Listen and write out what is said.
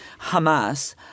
Hamas